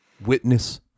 witness